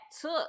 took